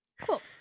Cool